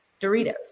Doritos